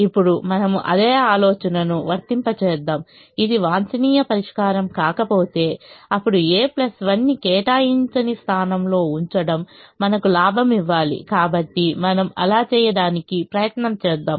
ఇప్పుడు మనము అదే ఆలోచనను వర్తింప చేద్దాం ఇది వాంఛనీయ పరిష్కారం కాకపోతేఅప్పుడు a 1 ని కేటాయించని స్థానంలో ఉంచడం మనకు లాభం ఇవ్వాలి కాబట్టి మనము అలా చేయడానికి ప్రయత్నం చేద్దాం